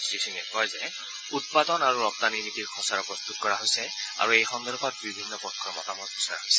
শ্ৰীসিঙে কয় যে উৎপাদন আৰু ৰপ্তানি নীতিৰ খচৰা প্ৰস্তত কৰা হৈছে আৰু এই সন্দৰ্ভত বিভিন্ন পক্ষৰ মতামত বিচৰা হৈছে